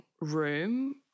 room